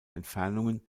entfernungen